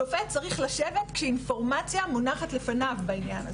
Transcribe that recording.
שופט צריך לשבת כשאינפורמציה מונחת לפניו בעניין הזה,